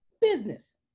business